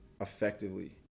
effectively